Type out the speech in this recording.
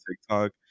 TikTok